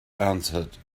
answered